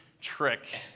trick